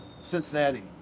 Cincinnati